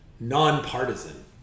Nonpartisan